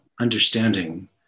understanding